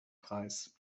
preis